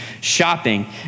shopping